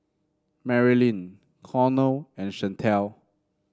Marylin Cornel and Chantal